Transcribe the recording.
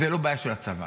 זה לא בעיה של הצבא.